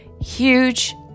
huge